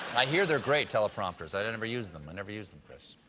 i hear they're great, teleprompters. i never use them. i never use them, chris.